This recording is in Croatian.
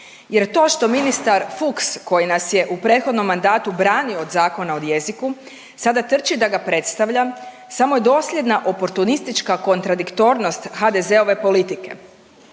jer to što ministar Fuchs koji nas je u prethodnom mandatu branio od Zakona o jeziku sada trči da ga predstavlja samo dosljedna oportunistička kontradiktornost HDZ-ove politike.